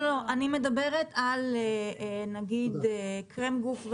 אני מדברת נגיד על קרם גוף,